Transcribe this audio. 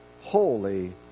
Holy